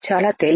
చాలా తేలిక